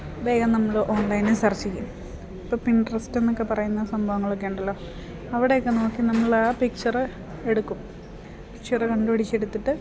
വേഗം നമ്മൾ ഓൺലൈനിൽ സേർച്ച് ചെയ്യും ഇപ്പോൾ പിൻട്രസ്റ്റ് എന്നൊക്കെ പറയുന്ന സംഭവങ്ങളൊക്കെ ഉണ്ടല്ലോ അവിടെയൊക്കെ നോക്കി നമ്മൾ ആ പിക്ച്ചറ് എടുക്കും പിക്ച്ചറ് കണ്ടു പിടിച്ചെടുത്തിട്ട്